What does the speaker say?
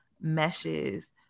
meshes